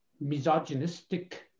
misogynistic